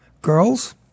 Girls